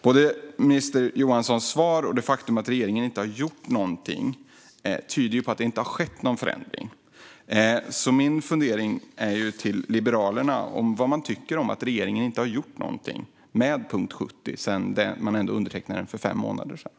Både minister Johanssons svar och det faktum att regeringen inte har gjort någonting tyder på att det inte har skett någon förändring. Jag undrar vad Liberalerna tycker om att regeringen inte har gjort någonting med punkt 70 sedan man undertecknade överenskommelsen för fem månader sedan.